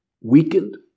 weakened